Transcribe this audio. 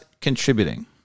contributing